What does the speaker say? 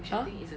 !huh!